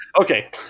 okay